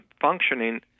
functioning